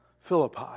Philippi